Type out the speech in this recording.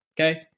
Okay